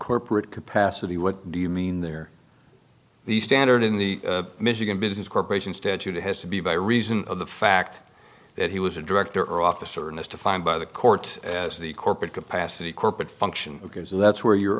corporate capacity what do you mean there the standard in the michigan business corporation statute has to be by reason of the fact that he was a director officer and as defined by the court as the corporate capacity corporate function because that's where you're